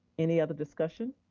any other discussion?